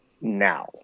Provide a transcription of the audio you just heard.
now